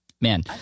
Man